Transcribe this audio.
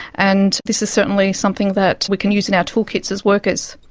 and this is certainly something that we can use in our toolkits as workers,